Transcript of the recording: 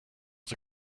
was